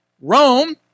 Rome